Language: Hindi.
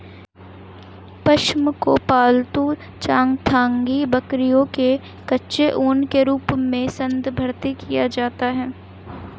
पश्म को पालतू चांगथांगी बकरियों के कच्चे ऊन के रूप में संदर्भित किया जाता है